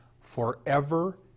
forever